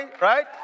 Right